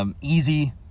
easy